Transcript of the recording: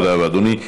תודה רבה, אדוני.